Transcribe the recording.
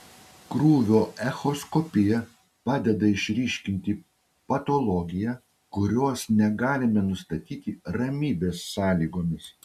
krūvio echoskopija padeda išryškinti patologiją kurios negalime nustatyti ramybės sąlygomis